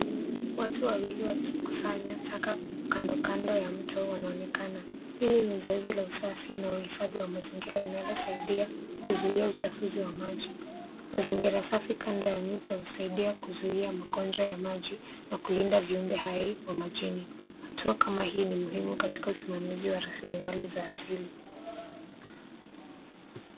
Watu wawili wakikusanya taka kando kando ya mto wanaonekana. Hili ni zoezi la usafi na uhifadhi wa mazingira linalosaidia kuzuia uchafuzi wa maji. Mazingira safi kando ya mito husaidia kuzuia magonjwa ya maji na kulinda viumbe hai vya majini. Hatua kama hii ni muhimu katika usimamizi wa raslimali za asili.